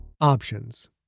Options